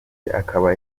akaba